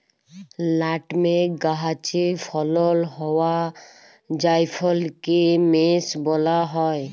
nutmeg গাহাচে ফলল হউয়া জাইফলকে মেস ব্যলা হ্যয়